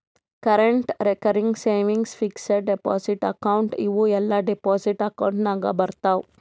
current, recurring, savings, fixed deposit account ಇವೂ ಎಲ್ಲಾ deposit account ನಾಗ್ ಬರ್ತಾವ್